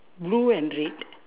blue and red